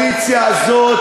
אדוני, עד שלוש דקות.